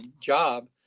job